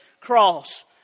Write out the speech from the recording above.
cross